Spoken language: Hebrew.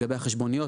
לגבי החשבוניות,